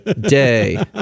day